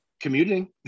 Commuting